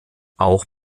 auch